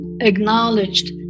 acknowledged